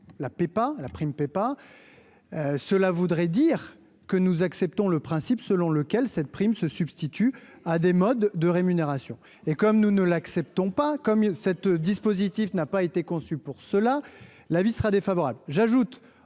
la prime paie pas, cela voudrait dire que nous acceptons le principe selon lequel cette prime se substituent à des modes de rémunération et comme nous ne l'acceptons pas comme cette dispositif n'a pas été conçu pour cela l'avis sera défavorable,